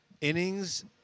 innings